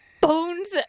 Bones